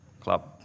Club